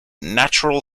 natural